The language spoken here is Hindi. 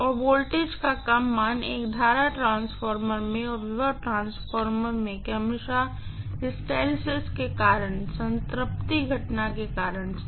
और वोल्टेज का कम मान एक करंट ट्रांसफार्मर में और वोल्टेज ट्रांसफार्मर में क्रमश हिस्टैरिसीस के कारण से संतृप्ति घटना के कारण से